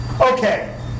Okay